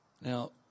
Now